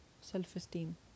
self-esteem